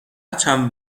چند